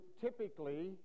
typically